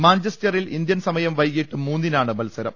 മാഞ്ചസ്റ്ററിൽ Indian സമയം വൈകീട്ട് മൂന്നിനാണ് മത്സരം